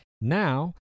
Now